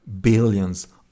billions